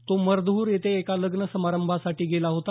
तो मर्दहर येथे एका लग्न समारंभासाठी गेला होता